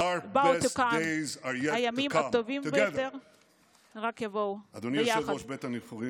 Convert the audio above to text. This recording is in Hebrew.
(אומר דברים בשפה האנגלית,